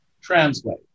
translate